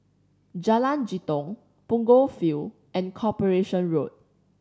Jalan Jitong Punggol Field and Corporation Road